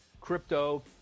crypto